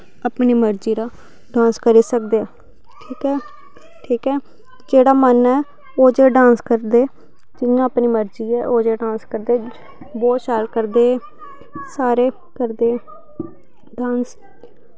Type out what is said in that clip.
अपनी मर्जी दा डांस करो सब गै ठीक ऐ ठीक ऐ जेह्ड़ा मन ऐ ओह् जेहा डांस करदे जि'यां अपनी मर्जी होऐ ओह् जेहा डांस करदे बौह्त शैल करदे सारे करदे डांस